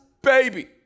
baby